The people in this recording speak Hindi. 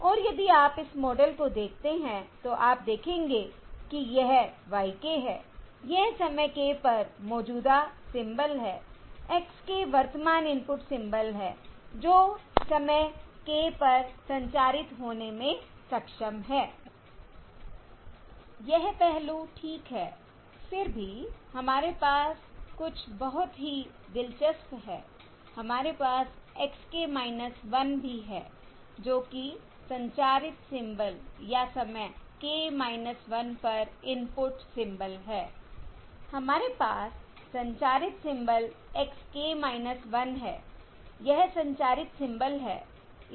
और यदि आप इस मॉडल को देखते हैं तो आप देखेंगे कि यह y k है यह समय k पर मौजूदा सिंबल है x k वर्तमान इनपुट सिंबल है जो समय k पर संचारित होने में सक्षम है I यह पहलू ठीक है फिर भी हमारे पास कुछ बहुत ही दिलचस्प है हमारे पास x k 1 भी है जो कि संचारित सिंबल या समय k 1 पर इनपुट सिंबल है I हमारे पास संचारित सिंबल x k 1 है यह संचारित सिंबल है